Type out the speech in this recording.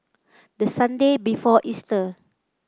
the Sunday before Easter